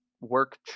work